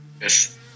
Yes